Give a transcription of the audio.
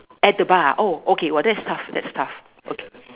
at the bar ah oh okay that's tough that's tough okay